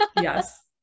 yes